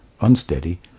unsteady